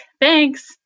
Thanks